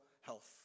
health